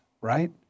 right